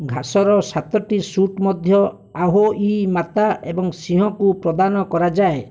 ଘାସର ସାତଟି ସୁଟ୍ ମଧ୍ୟ ଆହୋଇ ମାତା ଏବଂ ସିଂହକୁ ପ୍ରଦାନ କରାଯାଏ